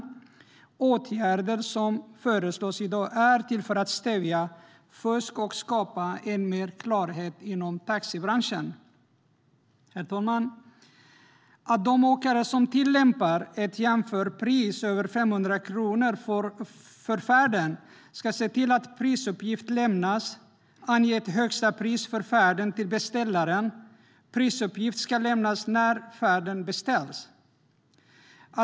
De åtgärder som föreslås i dag är till för att stävja fusk och skapa mer klarhet inom taxibranschen. Herr talman! De åkare som tillämpar ett jämförpris över 500 kronor för färden ska se till att prisuppgift lämnas och ange ett högsta pris för färden till beställaren. Prisuppgiften ska lämnas när färden beställs.